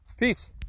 Peace